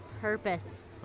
purpose